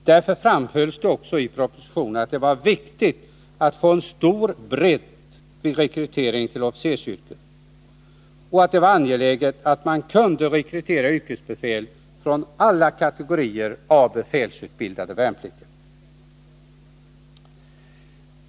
Därför framhölls det också i propositionen att det var viktigt att få en så stor bredd som möjligt vid rekryteringen till officersyrket och att det var angeläget att man kunde rekrytera yrkesbefäl från alla kategorier av befälsutbildade värnpliktiga.